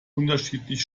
unterschiedlich